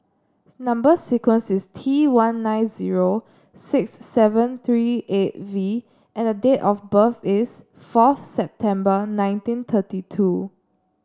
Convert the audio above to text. number sequence is T one nine zero six seven three eight V and the date of birth is fourth September nineteen thirty two